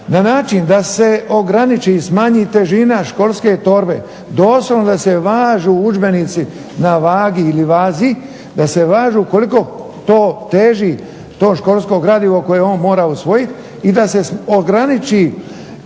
na način da se ograniči i smanji težina školske torbe. Doslovno da se važu udžbenici na vagi ili vazi da se važu koliko to teži to školsko gradivo koje mora usvojiti i da se ograniči